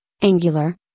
Angular